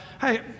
Hey